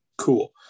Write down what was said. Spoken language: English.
cool